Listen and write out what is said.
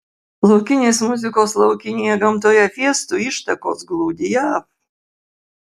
laukinės muzikos laukinėje gamtoje fiestų ištakos glūdi jav